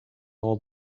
all